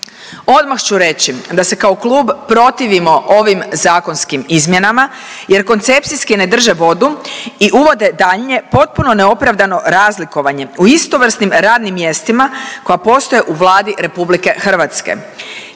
Odmah ću reći da se kao klub protivimo ovim zakonskim izmjenama jer koncepcijski ne drže vodu i uvode daljnje potpuno neopravdano razlikovanje u istovrsnim radnim mjestima koja postoje u Vladi RH i teško